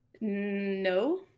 No